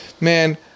Man